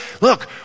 Look